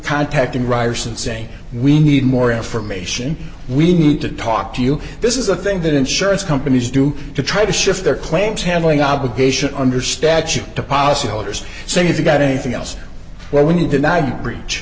contacting ryerson saying we need more information we need to talk to you this is a thing that insurance companies do to try to shift their claims handling obligations under statute to policyholders saying if you got anything else well when you did not breach